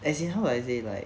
as in how I say like